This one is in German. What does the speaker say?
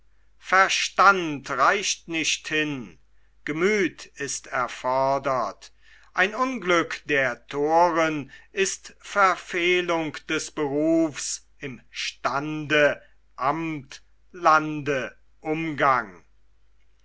verstand reicht nicht hin gemüth ist erfordert ein unglück der thoren ist verfehlung des berufs im stande amt lande umgang